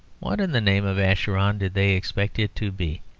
what, in the name of acheron, did they expect it to be?